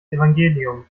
evangelium